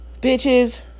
bitches